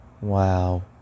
wow